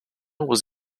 was